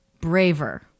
braver